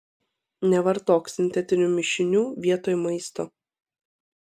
nevartok sintetinių mišinių vietoj maisto